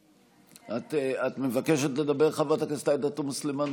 את מבקשת לדבר, חברת הכנסת עאידה תומא סלימאן?